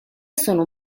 sono